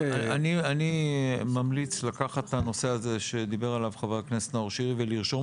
אני ממליץ לקחת את הנושא הזה שדיבר עליו חה"כ נאור שירי ולרשום